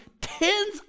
tens